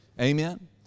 Amen